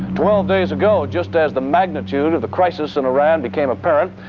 twelve days ago, just as the magnitude of the crisis in iran became apparent,